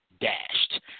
dashed